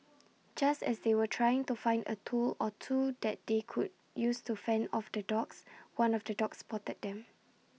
just as they were trying to find A tool or two that they could use to fend off the dogs one of the dogs spotted them